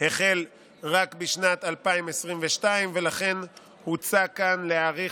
החל רק בשנת 2022. לכן מוצע כאן להאריך